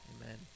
Amen